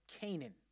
canaan